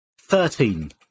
Thirteen